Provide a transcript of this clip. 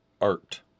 art